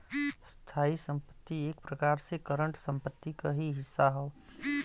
स्थायी संपत्ति एक प्रकार से करंट संपत्ति क ही हिस्सा हौ